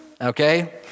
Okay